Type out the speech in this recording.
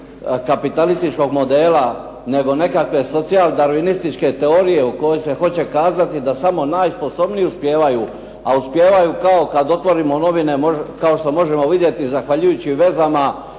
kapitalističkog modela nego nekakve socijaldarwinističke teorije u kojoj se hoće kazati da samo najsposobniji uspijevaju a uspijevaju kao kada otvorimo novine kao što možemo vidjeti zahvaljujući vezama